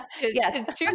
Yes